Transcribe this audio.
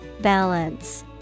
Balance